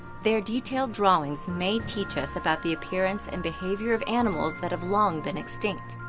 their detailed drawings may teach us about the appearance and behavior of animals that have long been extinct.